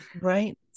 right